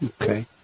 Okay